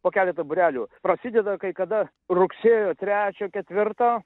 po keletą būrelių prasideda kai kada rugsėjo trečio ketvirto